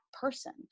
person